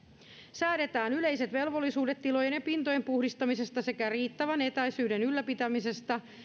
säädetään yleiset velvollisuudet tilojen ja pintojen puhdistamisesta sekä riittävän etäisyyden ylläpitämisestä